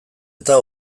eta